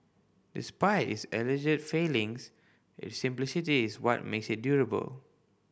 despite its alleged failings its simplicity is what makes it durable